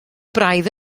braidd